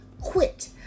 quit